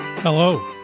Hello